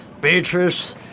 Beatrice